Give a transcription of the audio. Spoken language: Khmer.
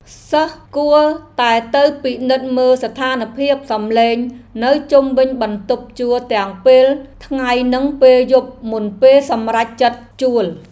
សិស្សគួរតែទៅពិនិត្យមើលស្ថានភាពសំឡេងនៅជុំវិញបន្ទប់ជួលទាំងពេលថ្ងៃនិងពេលយប់មុនពេលសម្រេចចិត្តជួល។